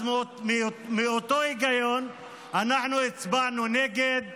אז מאותו היגיון אנחנו הצבענו נגד.